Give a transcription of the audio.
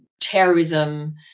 terrorism